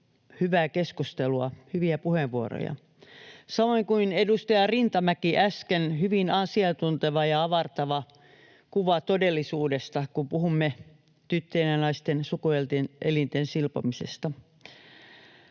hyvää keskustelua, hyviä puheenvuoroja. Samoin edustaja Rintamäellä oli äsken hyvin asiantunteva ja avartava kuva todellisuudesta, kun puhumme tyttöjen ja naisten sukuelinten silpomisesta.